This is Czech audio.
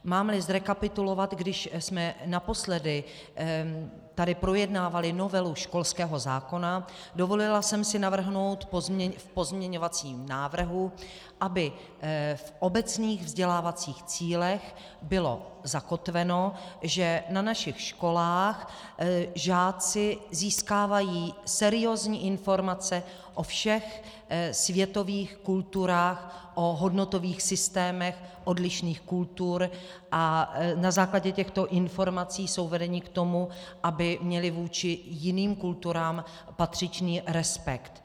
Mámli zrekapitulovat, když jsme naposledy tady projednávali novelu školského zákona, dovolila jsem si navrhnout v pozměňovacím návrhu, aby v obecných vzdělávacích cílech bylo zakotveno, že na našich školách žáci získávají seriózní informace o všech světových kulturách, hodnotových systémech odlišných kultur a na základě těchto informací jsou vedeni k tomu, aby měli vůči jiným kulturám patřičný respekt.